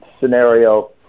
scenario